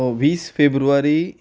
वीस फेब्रुवारी